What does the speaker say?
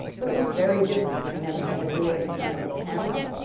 but it was very different. i never had to do it in front of a camera.